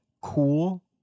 cool